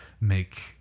make